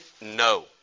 no